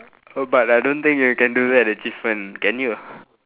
err but I don't think you can do that achievement can you